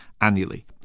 annually